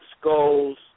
skulls